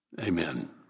amen